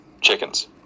chickens